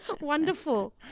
Wonderful